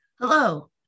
Hello